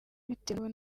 bitewe